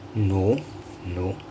no no